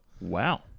Wow